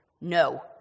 No